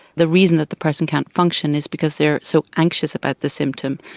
the reason that the person can't function is because they are so anxious about the symptom.